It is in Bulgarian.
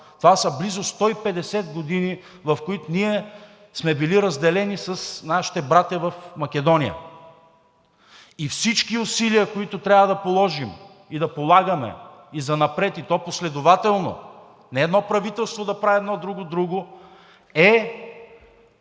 Това са близо 150 години, в които ние сме били разделени с нашите братя в Македония. И всички усилия, които трябва да положим и да полагаме и занапред, и то последователно, не едно правителство да прави едно, друго – друго, е